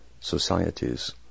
societies